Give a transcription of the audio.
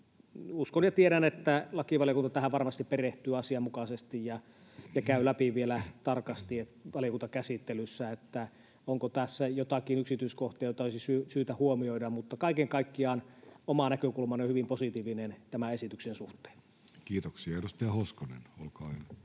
Uskon ja tiedän, että lakivaliokunta tähän varmasti perehtyy asianmukaisesti ja käy läpi vielä tarkasti valiokuntakäsittelyssä, onko tässä joitakin yksityiskohtia, joita olisi syytä huomioida, mutta kaiken kaikkiaan oma näkökulmani on hyvin positiivinen tämän esityksen suhteen. Kiitoksia. — Edustaja Hoskonen, olkaa hyvä.